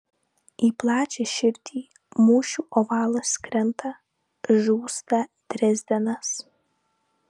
į plačią širdį mūšių ovalas krenta žūsta drezdenas